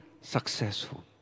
successful